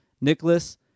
Nicholas